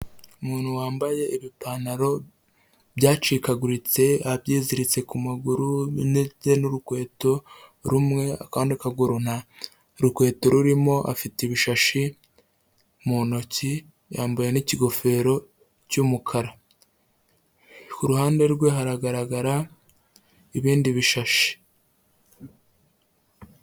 Umuntu wambaye ibipantaro byacikaguritse abyiziritse kumaguru n'urukweto rumwe akandi kaguru nta rukweto rurimo afite ibishashi mu ntoki yambaye n'ikigofero cy'umukara, kuruhande rwe haragaragara ibindi bishashi.